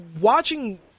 watching